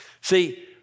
See